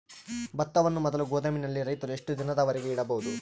ಭತ್ತವನ್ನು ಮೊದಲು ಗೋದಾಮಿನಲ್ಲಿ ರೈತರು ಎಷ್ಟು ದಿನದವರೆಗೆ ಇಡಬಹುದು?